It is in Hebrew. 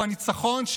והניצחון,